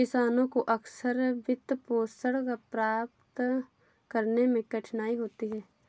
किसानों को अक्सर वित्तपोषण प्राप्त करने में कठिनाई होती है